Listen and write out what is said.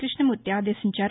కృష్ణమూర్తి ఆదేశించారు